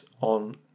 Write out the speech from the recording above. on